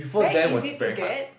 very easy to get